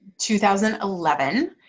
2011